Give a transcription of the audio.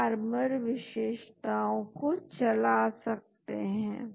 तो यह 022 Tanimoto coefficient की गणना करता है